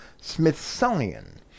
Smithsonian